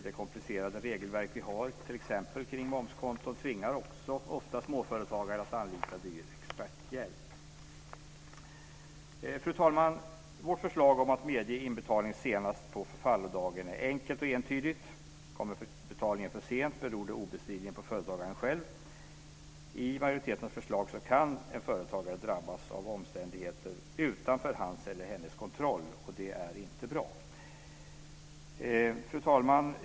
Det komplicerade regelverk vi har t.ex. kring momskontot tvingar också ofta småföretagare att anlita dyr experthjälp. Fru talman! Vårt förslag om att medge inbetalning senast på förfallodagen är enkelt och entydigt. Kommer betalningen för sent beror det obestridligen på företagaren själv. I majoritetens förslag kan en företagare drabbas av omständigheter utanför hans eller hennes kontroll, och det är inte bra. Fru talman!